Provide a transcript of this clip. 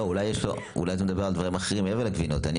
אולי אתה מדבר על דברים אחרים, מעבר לגבינות.